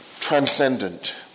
transcendent